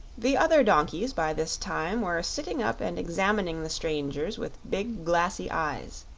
the other donkeys by this time were sitting up and examining the strangers with big, glassy eyes.